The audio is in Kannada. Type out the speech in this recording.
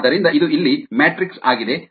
ಆದ್ದರಿಂದ ಇದು ಇಲ್ಲಿ ಮ್ಯಾಟ್ರಿಕ್ಸ್ ಆಗಿದೆ